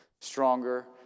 stronger